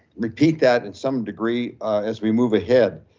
repeat that in some degree as we move ahead,